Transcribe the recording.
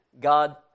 God